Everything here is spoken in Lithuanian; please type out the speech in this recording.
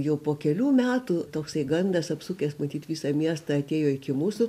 jau po kelių metų toksai gandas apsukęs matyt visą miestą atėjo iki mūsų